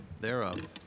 thereof